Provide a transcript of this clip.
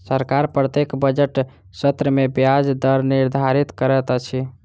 सरकार प्रत्येक बजट सत्र में ब्याज दर निर्धारित करैत अछि